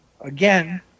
again